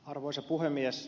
arvoisa puhemies